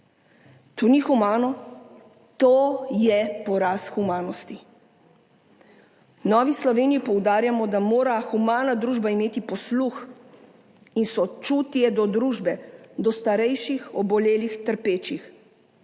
To ni humano, to je poraz humanosti! V Novi Sloveniji poudarjamo, da mora humana družba imeti posluh in sočutje do družbe, do starejših, obolelih, trpečih.